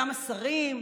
גם השרים,